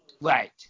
Right